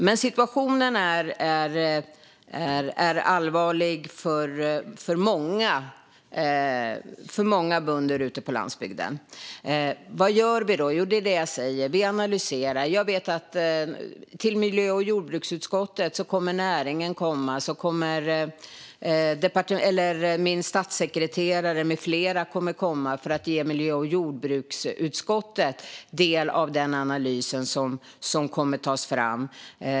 Men situationen är allvarlig för många bönder ute på landsbygden. Vad gör vi då? Jo, det är det jag säger: Vi analyserar. Både näringen och min statssekreterare med flera kommer att komma till miljö och jordbruksutskottet och låta utskottet ta del av den analys som kommer att tas fram.